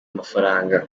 amafaranga